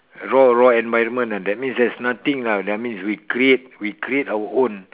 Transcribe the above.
raw raw environment lah that means there's nothing lah that means we create we create our own